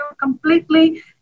completely